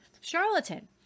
charlatan